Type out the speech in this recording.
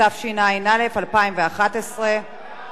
התשע"א 2011. ההצעה